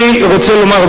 אני רוצה לומר,